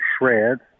shreds